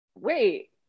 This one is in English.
wait